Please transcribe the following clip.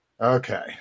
Okay